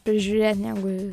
prižiūrėt negu